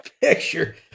picture